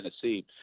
Tennessee